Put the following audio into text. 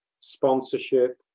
sponsorship